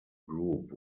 group